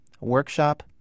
workshop